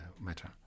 matter